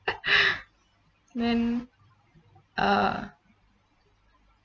then uh